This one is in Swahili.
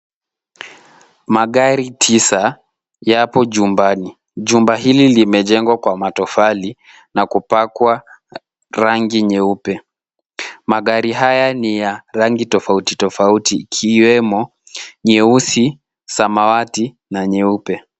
Magari tisa yapo jumbani. Jumba hili limejengwa kwa matofali na kupakwa rangi nyeupe. Magari haya ni ya rangi tofauti tofauti ikiwemo nyeusi, samawati na nyeupe.